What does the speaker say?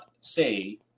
say